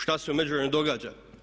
Šta se u međuvremenu događa?